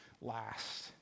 last